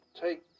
take